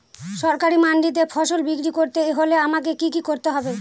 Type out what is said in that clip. সরকারি মান্ডিতে ফসল বিক্রি করতে হলে আমাকে কি কি করতে হবে?